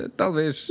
talvez